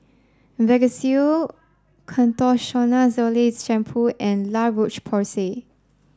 Vagisil Ketoconazole Shampoo and La Roche Porsay